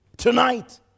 Tonight